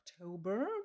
October